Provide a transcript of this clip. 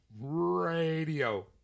radio